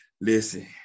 listen